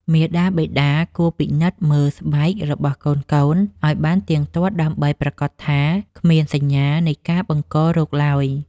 មាតាបិតាគួរពិនិត្យមើលស្បែករបស់កូនៗឱ្យបានទៀងទាត់ដើម្បីប្រាកដថាគ្មានសញ្ញានៃការបង្ករោគឡើយ។